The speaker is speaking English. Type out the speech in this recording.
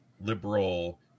liberal